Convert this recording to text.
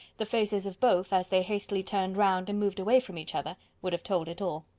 the faces of both, as they hastily turned round and moved away from each other, would have told it all.